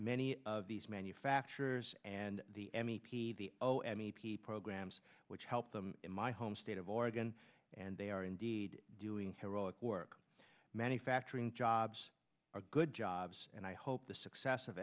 many of these manufacturers and m e p the programs which help them in my home state of oregon and they are indeed doing heroic work manufacturing jobs are good jobs and i hope the success